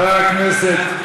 חבר הכנסת,